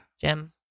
Jim